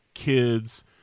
kids